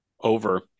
Over